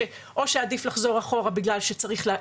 או שעדיף לחזור אחורה בגלל שעדיף,